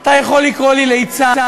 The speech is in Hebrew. אתה יכול לקרוא לי ליצן,